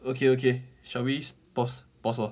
okay okay shall we pause pause 咯